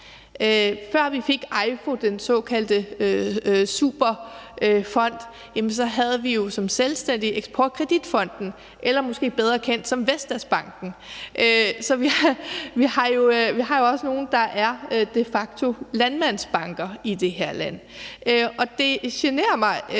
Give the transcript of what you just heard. Før vi fik EIFO, den såkaldte superfond, havde vi jo som selvstændig Eksport Kredit Fonden, som måske er bedre kendt som Vestasbanken. Vi har også nogle, der de facto er landmandsbanker, i det her land. Det generer mig